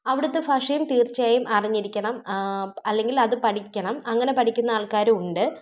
അവിടുത്തെ ഫാഷയും തീർച്ചയായും അറിഞ്ഞിരിക്കണം അല്ലെങ്കിൽ അത് പഠിക്കണം അങ്ങനെ പഠിക്കുന്ന ആൾക്കാരും ഉണ്ട്